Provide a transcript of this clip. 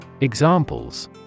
Examples